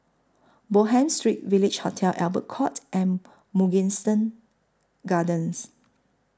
Bonham Street Village Hotel Albert Court and Mugliston Gardens